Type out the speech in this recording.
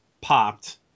popped